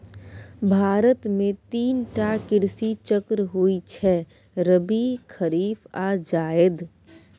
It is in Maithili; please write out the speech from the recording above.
भारत मे तीन टा कृषि चक्र होइ छै रबी, खरीफ आ जाएद